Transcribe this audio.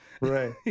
Right